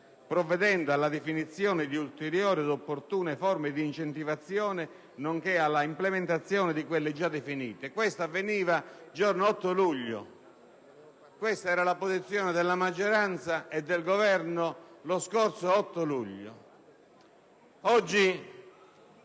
provvedendo alla definizione di ulteriori ed opportune forme di incentivazione, nonché alla implementazione di quelle già definite.». Questo avveniva il giorno 8 luglio e questa era, a quella data, la posizione della maggioranza e del Governo. Oggi